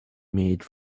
made